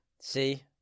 See